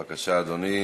בבקשה, אדוני.